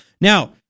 Now